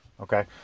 okay